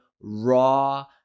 raw